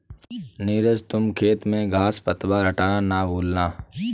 नीरज तुम खेत में घांस पतवार हटाना ना भूलना